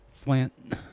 Flint